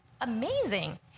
amazing